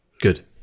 Good